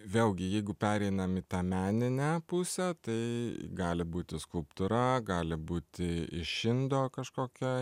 vėlgi jeigu pereinam į tą meninę pusę tai gali būti skulptūra gali būti iš indo kažkokia